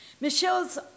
Michelle's